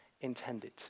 intended